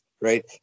right